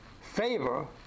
favor